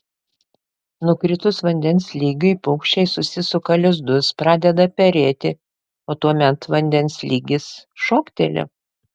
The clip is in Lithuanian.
nukritus vandens lygiui paukščiai susisuka lizdus pradeda perėti o tuomet vandens lygis šokteli